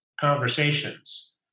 conversations